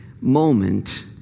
moment